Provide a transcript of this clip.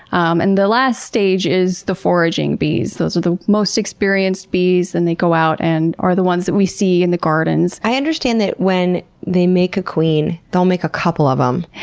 um and the last stage is the foraging bees. those are the most experienced bees and they go out and are the ones we see in the gardens. i understand that when they make a queen, they'll make a couple of them.